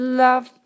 love